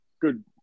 good